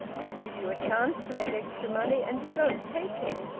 i give you a chance to make extra money and you don't take it.